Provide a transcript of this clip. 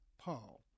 Paul